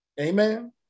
Amen